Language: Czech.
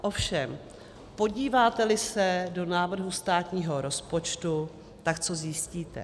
Ovšem, podíváteli se do návrhu státního rozpočtu, tak co zjistíte?